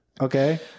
Okay